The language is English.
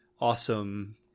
awesome